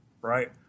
Right